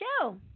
show